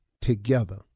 together